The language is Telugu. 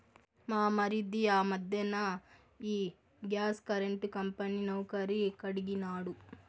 మా మరిది ఆ మధ్దెన ఈ గ్యాస్ కరెంటు కంపెనీ నౌకరీ కడిగినాడు